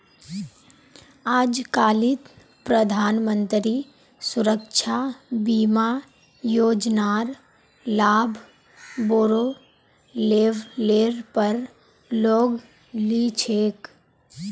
आजकालित प्रधानमंत्री सुरक्षा बीमा योजनार लाभ बोरो लेवलेर पर लोग ली छेक